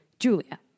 Julia